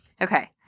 Okay